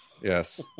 yes